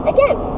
Again